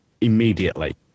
immediately